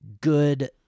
good